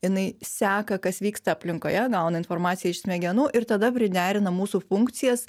jinai seka kas vyksta aplinkoje gauna informaciją iš smegenų ir tada priderina mūsų funkcijas